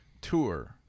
tour